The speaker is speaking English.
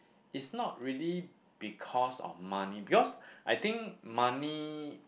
it's not really because of money because I think money